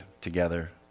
together